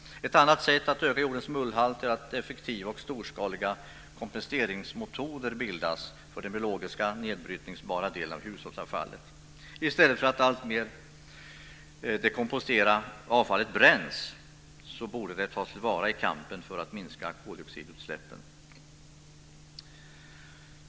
Ett annat sätt att öka jordens mullhalt är effektiva och storskaliga komposteringsmetoder för den biologiska nedbrytbara delen av hushållsavfallet. I stället för att alltmer av det komposterbara avfallet bränns borde det tas till vara i kampen för att minska koldioxidutsläppen.